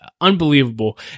unbelievable